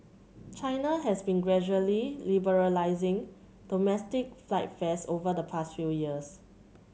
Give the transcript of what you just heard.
China has been gradually liberalising domestic flight fares over the past few years